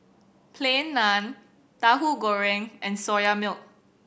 Plain Naan Tahu Goreng and Soya Milk